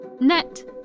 Net